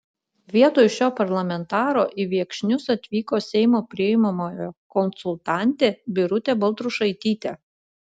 vietoj šio parlamentaro į viekšnius atvyko seimo priimamojo konsultantė birutė baltrušaitytė